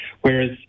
Whereas